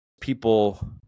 people